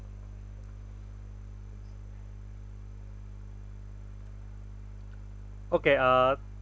okay uh